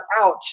out